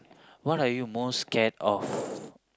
what are you most scared of